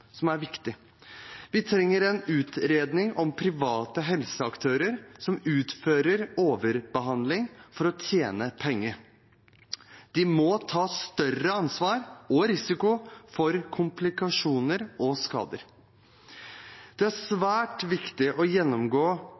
som er viktig. Vi trenger en utreding om private helseaktører som utfører overbehandling for å tjene penger. De må ta større ansvar og risiko for komplikasjoner og skader. Det er svært viktig å gjennomgå